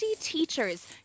teachers